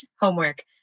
homework